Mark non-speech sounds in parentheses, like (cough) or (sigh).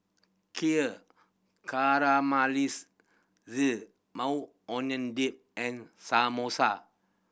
Kheer (unintelligible) Maui Onion Dip and Samosa